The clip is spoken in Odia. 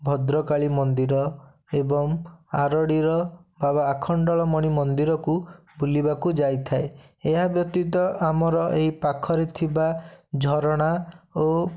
ଭଦ୍ରକାଳୀ ମନ୍ଦିର ଏବଂ ଆରଡ଼ିର ବାବା ଆଖଣ୍ଡଳମଣି ମନ୍ଦିରକୁ ବୁଲିବାକୁ ଯାଇଥାଏ ଏହା ବ୍ୟତିତ ଆମର ଏଇପାଖରେ ଥିବା ଝରଣା ଓ